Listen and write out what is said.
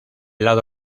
lado